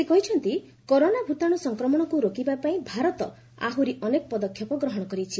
ସେ କହିଛନ୍ତି କରୋନା ଭୂତାଣୁ ସଂକ୍ରମଣକୁ ରୋକିବାପାଇଁ ଭାରତ ଆହୁରି ଅନେକ ପଦକ୍ଷେପ ଗ୍ରହଣ କରିଛି